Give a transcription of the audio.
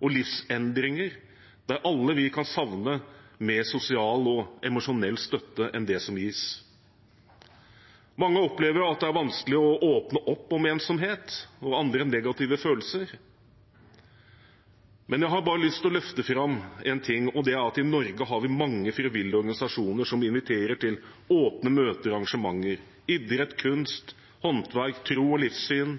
og livsendringer, der vi alle kan savne mer sosial og emosjonell støtte enn det som gis. Mange opplever at det er vanskelig å åpne opp om ensomhet og andre negative følelser. Men jeg har bare lyst til å løfte fram en ting, og det er at vi i Norge har mange frivillige organisasjoner som inviterer til åpne møter og arrangementer – innen idrett, kunst, håndverk, tro og livssyn,